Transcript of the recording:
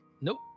nope